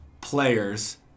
players